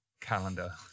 calendar